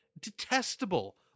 detestable